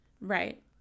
Right